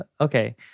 okay